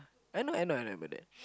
I know I know I know about that